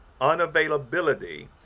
unavailability